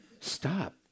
Stop